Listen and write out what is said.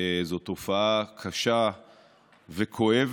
זו תופעה קשה וכואבת,